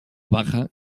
baja